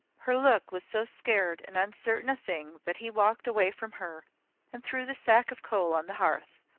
her look was so scared and uncertain a thing that he walked away from her and threw the sack of coal on the hearth.